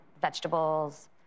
vegetables